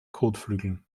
kotflügeln